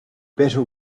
better